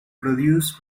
produced